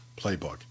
Playbook